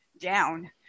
down